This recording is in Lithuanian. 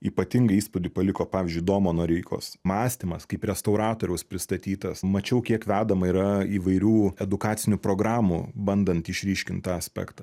ypatingą įspūdį paliko pavyzdžiui domo noreikos mąstymas kaip restauratoriaus pristatytas mačiau kiek vedama yra įvairių edukacinių programų bandant išryškint tą aspektą